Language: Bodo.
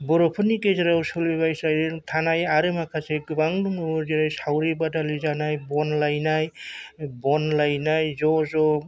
बर'फोरनि गेजेराव सोलिबाय थानाय आरो माखासे गोबां दंबावो जेरै सावरि बादालि जानाय बन लायनाय ज' ज'